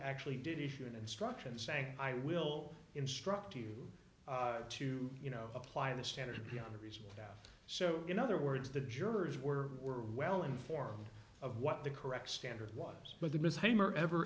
actually did issue an instruction saying i will instruct you to you know apply the standard beyond a reasonable doubt so you know other words the jurors were were well informed of what the correct standard was but the